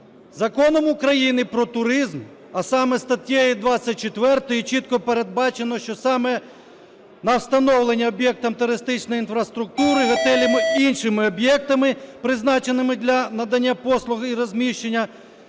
Законом України "Про туризм", а саме статтею 24, чітко передбачено, що саме на встановлення об'єктам туристичної інфраструктури (готелям, іншим об'єктам, призначеним для надання послуг з розміщення),